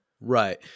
Right